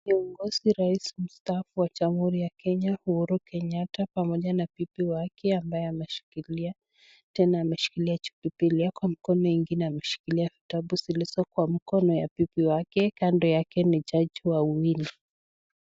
Kiongozi rais mstaafu wa Jamhuri ya Kenya, Uhuru Kenyatta pamoja na bibi yake ambaye ameshikilia biblia na mkono ingine ameshikilia vitabu zilizo kwenye mkono ya bibi yake kando yake ni jaji wawili .